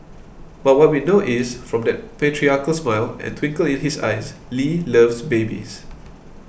but what we know is from that patriarchal smile and twinkle in his eyes Lee loves babies